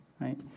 right